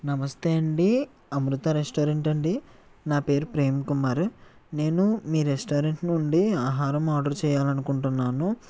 నమస్తే అండీ అమృత రెస్టారెంటా అండి నా పేరు ప్రేమ్ కుమార్ నేను మీ రెస్టారెంట్ నుండి ఆహారం ఆర్డర్ చెయ్యాలనుకుంటున్నాను